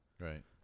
Right